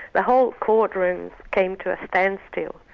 the whole court room came to a standstill,